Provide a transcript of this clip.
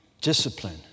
discipline